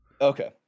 okay